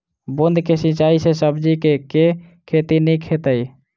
बूंद कऽ सिंचाई सँ सब्जी केँ के खेती नीक हेतइ?